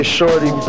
Shorty